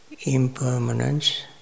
impermanence